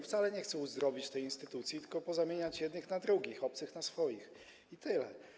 Wcale nie chce uzdrowić tej instytucji, tylko pozamieniać jednych na drugich, obcych na swoich, i tyle.